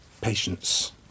Patience